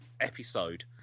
episode